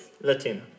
latina